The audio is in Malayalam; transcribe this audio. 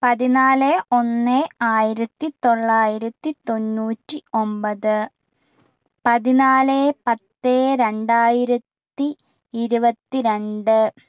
പതിനാല് ഒന്ന് ആയിരത്തി തൊള്ളായിരത്തി തൊണ്ണൂറ്റി ഒമ്പത് പതിനാല് പത്ത് രണ്ടായിരത്തി ഇരുപത്തി രണ്ട്